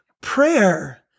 prayer